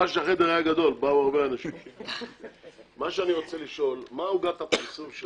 החוק הזה בא לומר: אנחנו לא רוצים פרסומות של